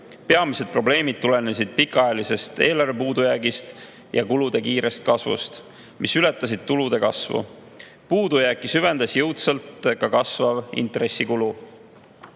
Peamised probleemid tulenesid pikaajalisest eelarve puudujäägist ja kulude kiirest kasvust, mis ületasid tulude kasvu. Puudujääki süvendas jõudsalt kasvav intressikulu.